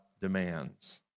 demands